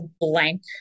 blank